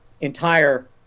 entire